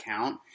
account